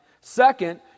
Second